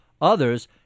others